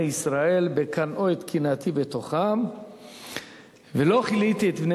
ישראל בקנאו את קנאתי בתוכם ולא כליתי את בני